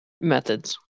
methods